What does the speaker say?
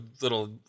little